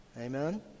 Amen